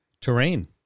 Terrain